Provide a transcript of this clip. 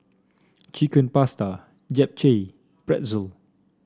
Chicken Pasta Japchae Pretzel